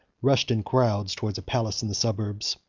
rushed in crowds towards a palace in the suburbs,